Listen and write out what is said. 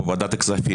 בוועדת הכספים,